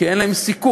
כי אין להם סיכוי.